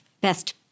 best